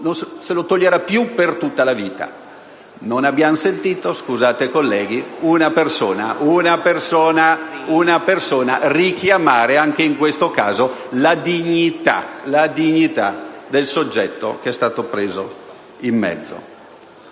non se lo toglierà più per tutta la vita. *(Commenti).* Non abbiamo sentito - scusate, colleghi - una persona richiamare anche in questo caso la dignità del soggetto che è stato preso in mezzo.